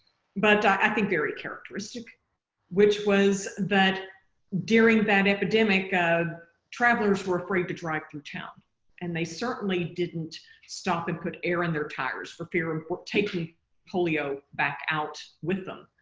but i think very characteristic which was that during that epidemic ah travelers were afraid to drive through town and they certainly didn't stop and put air in their tires for fear and for taking polio back out with them.